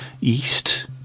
East